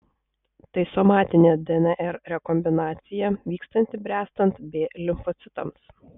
tai somatinė dnr rekombinacija vykstanti bręstant b limfocitams